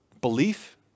belief